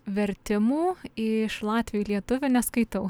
vertimų iš latvių į lietuvių neskaitau